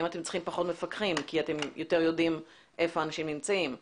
האם אתם צריכים פחות מפקחים כי אתם יודעים יותר היכן נמצאים האנשים?